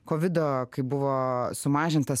kovido kai buvo sumažintas